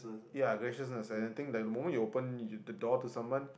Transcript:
ya graciousness and the thing the moment you open the door to someone